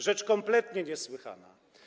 Rzecz kompletnie niesłychana.